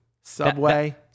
Subway